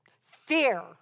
Fear